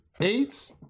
eight